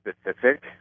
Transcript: specific